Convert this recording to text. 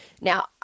Now